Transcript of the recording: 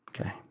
okay